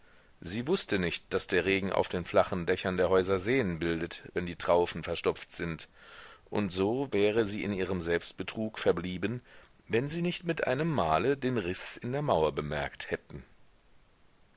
sie wußte nicht daß der regen auf den flachen dächern der häuser seen bildet wenn die traufen verstopft sind und so wäre sie in ihrem selbstbetrug verblieben wenn sie nicht mit einem male den riß in der mauer bemerkt hätten